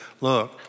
look